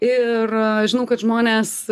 ir žinau kad žmonės